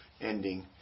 ending